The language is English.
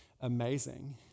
amazing